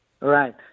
Right